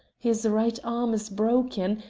his right arm is broken,